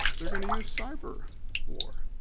they're gonna use cyber war.